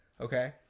Okay